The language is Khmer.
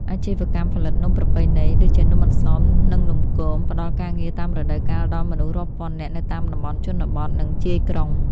អាជីវកម្មផលិតនំប្រពៃណី ដូចជានំអន្សម និងនំគម ផ្តល់ការងារតាមរដូវកាលដល់មនុស្សរាប់ពាន់នាក់នៅតាមតំបន់ជនបទ និងជាយក្រុង។